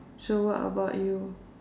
so what about you